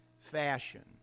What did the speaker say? fashion